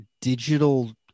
digital